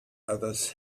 others